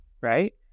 Right